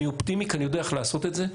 אני אופטימי כי אני יודע איך לעשות את זה,